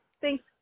Thanks